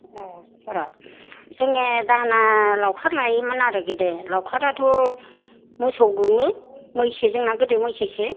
अ र' जोङो दाहोना लावखार लायोमोन आरो गोदो लावखाराथ' मैसौ गुमो मोसौ जोंना गोदो मैसोसो